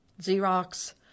Xerox